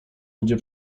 ludzie